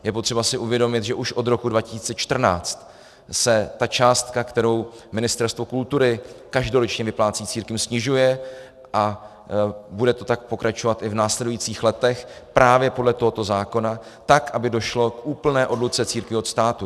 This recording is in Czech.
Je potřeba si uvědomit, že už od roku 2014 se ta částka, kterou Ministerstvo kultury každoročně vyplácí církvím, snižuje a bude to tak pokračovat i v následujících letech právě podle tohoto zákona, tak aby došlo k úplné odluce církví od státu.